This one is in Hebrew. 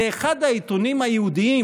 באחד העיתונים היהודיים,